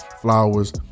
flowers